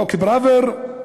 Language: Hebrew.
חוק פראוור,